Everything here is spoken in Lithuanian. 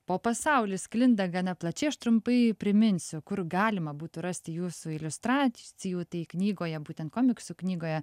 po pasaulį sklinda gana plačiai aš trumpai priminsiu kur galima būtų rasti jūsų iliustrac cijų tai knygoje būtent komiksų knygoje